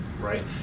right